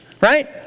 Right